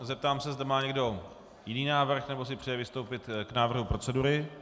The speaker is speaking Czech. Zeptám se, zda má někdo jiný návrh nebo si přeje vystoupit k návrhu procedury.